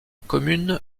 commune